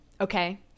okay